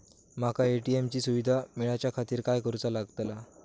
माका ए.टी.एम ची सुविधा मेलाच्याखातिर काय करूचा लागतला?